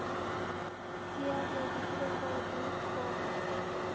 chair ᱨᱮ ᱜᱤᱫᱽᱨᱟᱹ ᱠᱚ ᱫᱩᱲᱩᱵ ᱠᱚ